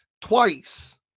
twice